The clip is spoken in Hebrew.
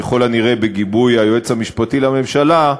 ככל הנראה בגיבוי היועץ המשפטי לממשלה,